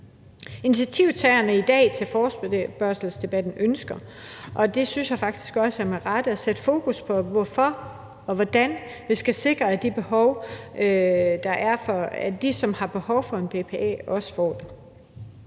Initiativtagerne til forespørgselsdebatten i dag ønsker – og det synes jeg faktisk også er med rette – at sætte fokus på, hvorfor og hvordan vi skal sikre, at dem, der har behov for en BPA, også får det.